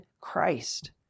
Christ